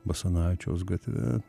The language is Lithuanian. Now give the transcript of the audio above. basanavičiaus gatve